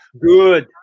good